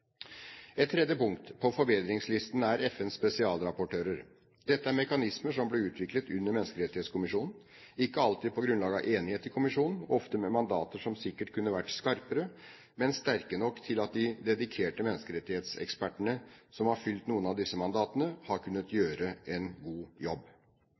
Et tredje punkt på forbedringslisten er FNs spesialrapportører. Dette er mekanismer som ble utviklet under Menneskerettighetskommisjonen – ikke alltid på grunnlag av enighet i kommisjonen, og ofte med mandater som sikkert kunne vært skarpere, men sterke nok til at de dedikerte menneskerettighetsekspertene, som har fylt noen av disse mandatene, har kunnet gjøre en god jobb.